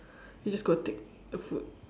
you just go and take the food